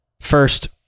First